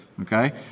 Okay